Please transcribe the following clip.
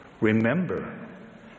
Remember